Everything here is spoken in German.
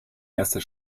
erster